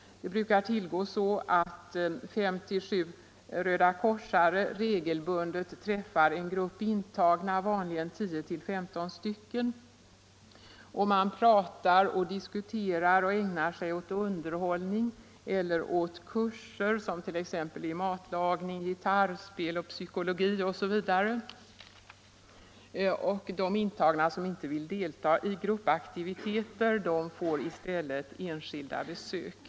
Det brukar tillgå så att fem å sju personer från Röda korset regelbundet träffar en grupp intagna, vanligen 10-15 stycken. Man pratar och diskuterar och ägnar sig åt underhållning eller åt kurser, t.ex. i matlagning, gitarrspel, psykologi osv. Intagna som inte vill delta i gruppaktiviteter får i stället enskilda besök.